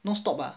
no stop ah